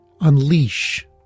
unleash